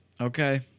Okay